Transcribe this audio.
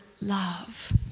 love